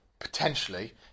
potentially